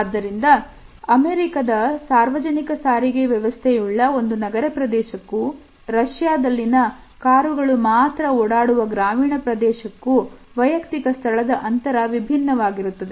ಆದ್ದರಿಂದ user1 ಸಾರ್ವಜನಿಕ ಸಾರಿಗೆ ವ್ಯವಸ್ಥೆಯುಳ್ಳ ಒಂದು ನಗರ ಪ್ರದೇಶಕ್ಕೂ ರಾಜ್ಯದಲ್ಲಿನ ಕಾರುಗಳು ಮಾತ್ರ ಓಡಾಡುವ ಗ್ರಾಮೀಣ ಪ್ರದೇಶದಲ್ಲಿ ವೈಯಕ್ತಿಕ ಸ್ಥಳದ ಅಂತರ ವಿಭಿನ್ನವಾಗಿರುತ್ತದೆ